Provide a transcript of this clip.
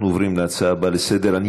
אנחנו עוברים להצעות הבאות לסדר-היום.